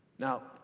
now,